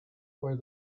where